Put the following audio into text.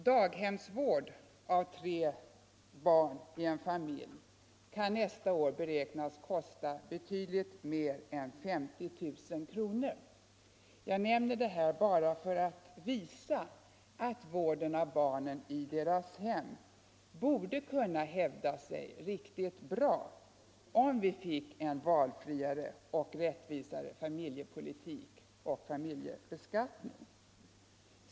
Daghemsvård av tre barn i en familj kan nästa år beräknas kosta betydligt mer än 50 000 kronor. Jag nämner detta bara för att visa att vården av barnen i deras hem borde kunna hävda sig riktigt bra, om vi fick en rättvisare familjepolitik och en familjebeskattning som medgav större valfrihet.